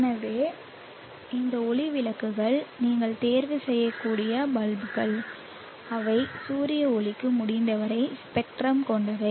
எனவே இந்த ஒளி விளக்குகள் நீங்கள் தேர்வுசெய்யக்கூடிய பல்புகள் அவை சூரிய ஒளிக்கு முடிந்தவரை ஸ்பெக்ட்ரம் கொண்டவை